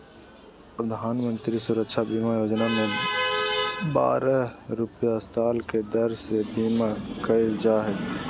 प्रधानमंत्री सुरक्षा बीमा योजना में बारह रुपया साल के दर से बीमा कईल जा हइ